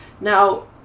Now